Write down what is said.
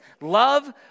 Love